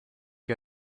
che